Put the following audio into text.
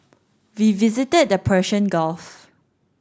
we visited the Persian Gulf